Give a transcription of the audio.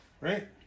right